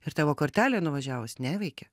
ir tavo kortelė nuvažiavus neveikia